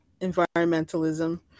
environmentalism